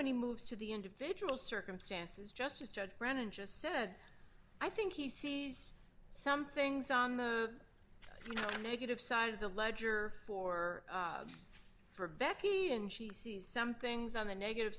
when he moves to the individual circumstances just as judge brennan just said i think he sees some things on the negative side of the ledger for for becky and she sees some things on the negative